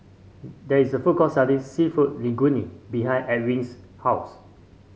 there is a food court selling seafood Linguine behind Ewin's house